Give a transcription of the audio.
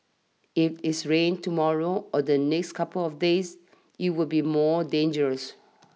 if it's rains tomorrow or the next couple of days it will be more dangerous